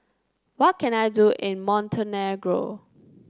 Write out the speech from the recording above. what can I do in Montenegro